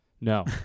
No